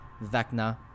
Vecna